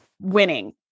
winning